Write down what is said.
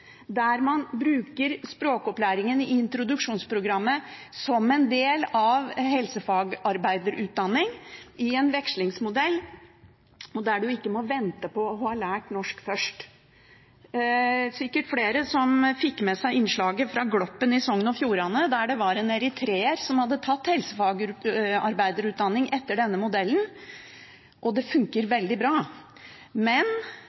Språkopplæringen i introduksjonsprogrammet brukes som en del av helsefagarbeiderutdanningen i en vekslingsmodell, og du må ikke vente på å ha lært deg norsk først. Det er sikkert flere som fikk med seg innslaget fra Gloppen i Sogn og Fjordane, om en eritreer som hadde tatt helsefagarbeiderutdanning etter denne modellen, og det funker veldig bra. Men